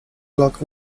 clock